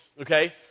okay